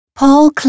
Paul